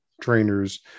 trainers